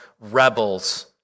rebels